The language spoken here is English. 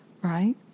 right